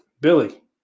Billy